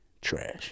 trash